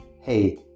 hey